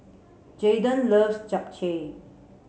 Jaden loves Japchae